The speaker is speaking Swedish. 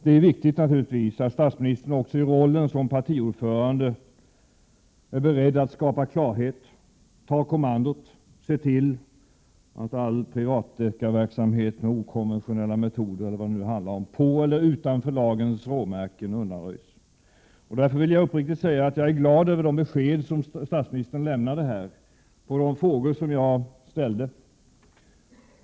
Det är naturligtvis viktigt att statsministern också i rollen som partiordförande är beredd att skapa klarhet, ta kommandot, se till att all privatdeckarverksamhet med okonventionella metoder — eller var det nu handlar om — inom eller utanför lagens råmärken undanröjs. Därför vill jag uppriktigt säga att jag är glad över de besked som statsministern här lämnade på de frågor som jag ställde.